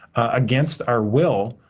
against our will,